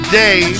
day